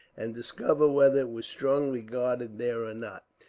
and discover whether it was strongly guarded there or not.